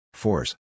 force